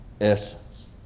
essence